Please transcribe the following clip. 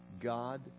god